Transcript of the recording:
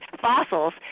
fossils